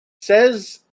Says